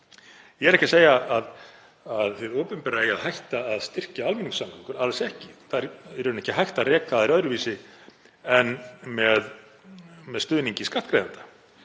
Ég er ekki að segja að hið opinbera eigi að hætta að styrkja almenningssamgöngur, alls ekki. Það er í rauninni ekki hægt að reka þær öðruvísi en með stuðningi skattgreiðenda.